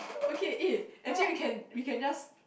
okay eh actually we can we can just